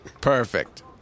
Perfect